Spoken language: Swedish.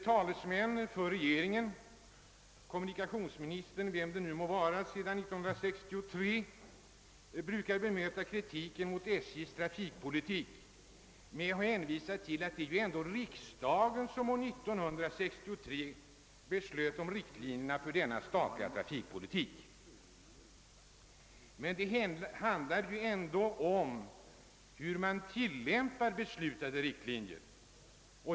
Talesmän för regeringen, dvs. de kommunikationsministrar vi haft sedan 1963, brukar bemöta kritiken mot SJ:s trafikpolitik med att hänvisa till att det ändå var riksdagen som år 1963 beslöt om riktlinjerna för denna statliga trafikpolitik. Men det handlar ändå om hur man tillämpar beslutade riktlinjer.